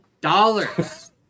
dollars